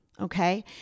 okay